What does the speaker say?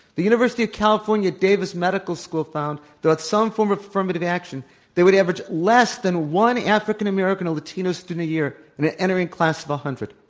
the university of california davis medical school found that without some form of affirmative action they would average less than one african american or latino student a year in an entering class of a hundred.